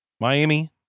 Miami